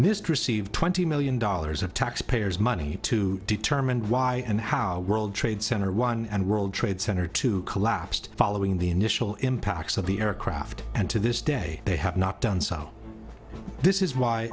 missed receive twenty million dollars of taxpayers money to determine why and how world trade center one and world trade center two collapsed following the initial impacts of the aircraft and to this day they have not done so this is why